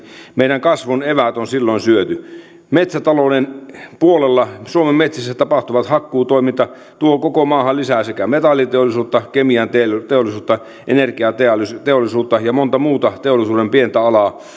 meidän kasvun eväät on silloin syöty metsätalouden puolella suomen metsissä tapahtuva hakkuutoiminta tuo koko maahan lisää sekä metalliteollisuutta kemianteollisuutta energiateollisuutta ja monta muuta teollisuuden pientä alaa